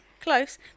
close